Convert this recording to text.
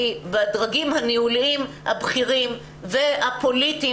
כי בדרגים הניהוליים הבכירים והפוליטיים